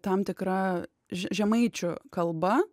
tam tikra žemaičių kalba